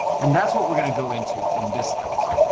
and that's what we're gonna go into in this episode.